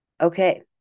Okay